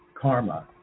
karma